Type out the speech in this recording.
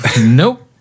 Nope